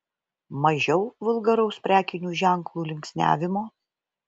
mažiau vulgaraus prekinių ženklų linksniavimo